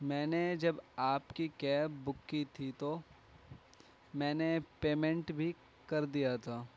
میں نے جب آپ کی کیب بک کى تھی تو میں نے پیمنٹ بھی کر دیا تھا